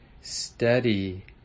steady